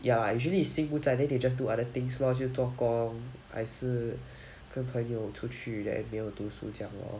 ya usually is 心不在 they just do other things lor 就做工还是跟朋友出去 then 没有读书这样 lor